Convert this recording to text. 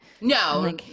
No